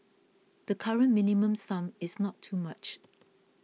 the current Minimum Sum is not too much